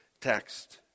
text